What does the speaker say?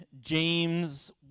James